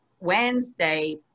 Wednesday